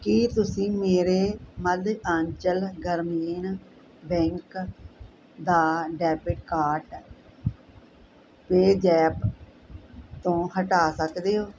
ਕੀ ਤੁਸੀਂਂ ਮੇਰੇ ਮੱਧਯਾਂਚਲ ਗ੍ਰਾਮੀਣ ਬੈਂਕ ਦਾ ਡੈਬਿਟ ਕਾਰਡ ਪੇਅ ਜ਼ੈਪ ਤੋਂ ਹਟਾ ਸਕਦੇ ਹੋ